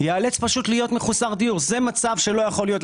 ייאלץ להיות מחוסר דיור; זה מצב שלא יכול להיות.